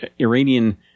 Iranian